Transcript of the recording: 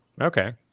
Okay